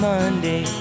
Monday